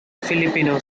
filipino